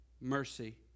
mercy